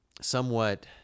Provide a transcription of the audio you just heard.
somewhat